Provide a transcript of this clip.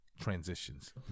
transitions